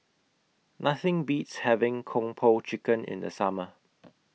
Nothing Beats having Kung Po Chicken in The Summer